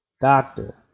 Doctor